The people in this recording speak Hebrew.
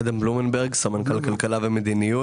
אדם בלומנברג, סמנכ"ל כלכלה ומדיניות.